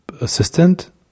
assistant